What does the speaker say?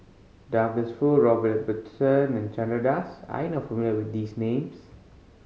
Douglas Foo Robert Ibbetson and Chandra Das are you not familiar with these names